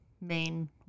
main